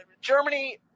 germany